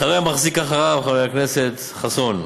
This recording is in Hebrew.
מחרה-מחזיק אחריו חבר הכנסת חסון.